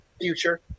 future